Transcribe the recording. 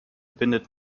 bindet